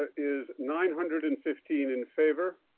is nine hundred and fifteen in favor.